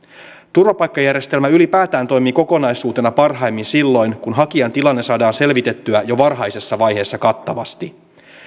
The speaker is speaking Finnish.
turvapaikkajärjestelmä ylipäätään toimii kokonaisuutena parhaimmin silloin kun hakijan tilanne saadaan selvitettyä jo varhaisessa vaiheessa kattavasti